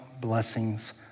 blessings